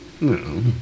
No